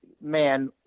man